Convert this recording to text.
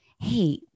hey